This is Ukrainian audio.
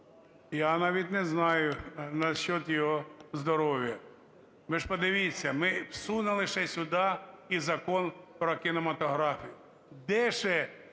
я навіть не знаю, насчет його здоров'я. Ви ж подивіться, ми всунули ще сюди і Закон "Про кінематографію". Де ще